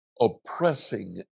oppressing